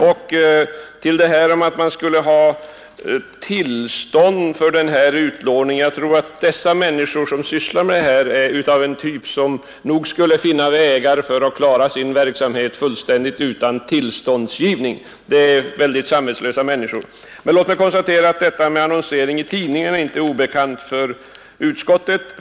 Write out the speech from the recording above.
När det gäller frågan om att ge tillstånd till utlåning tror jag att de samvetslösa människor som sysslar med detta nog skulle finna vägar att klara sin verksamhet utan tillstånd. Annonseringen i tidningarna är inte obekant för utskottet.